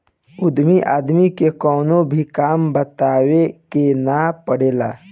उद्यमी आदमी के कवनो भी काम बतावे के ना पड़ेला